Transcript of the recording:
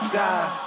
die